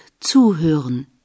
zuhören